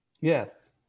Yes